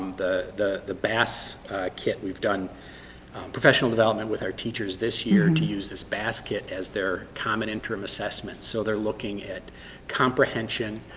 the the bass kit we've done professional development with our teachers this year to use this bass kit as their common interim assessments so they're looking at comprehension.